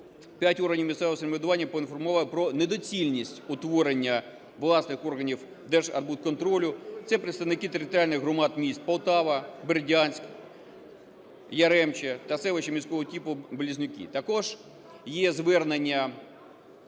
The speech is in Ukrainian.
п'ять органів місцевого самоврядування поінформували про недоцільність утворення власних органів держархбудконтролю, це представники територіальних громад міст Полтава, Бердянськ, Яремче та селище міського типу Близнюки. Також є звернення